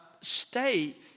state